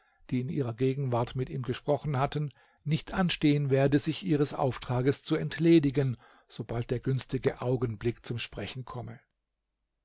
die in ihrer gegenwart mit ihm gesprochen hatten nicht anstehen werde sich ihres auftrages zu entledigen sobald der günstige augenblick zum sprechen komme